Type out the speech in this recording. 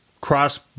cross